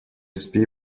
спи